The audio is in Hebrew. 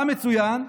מה מצוין?